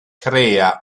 crea